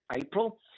April